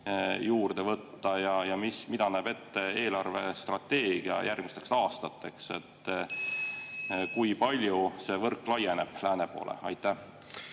juurde võtta? Mida näeb ette eelarvestrateegia järgmisteks aastateks? Kui palju see võrk laieneb lääne poole? Aitäh!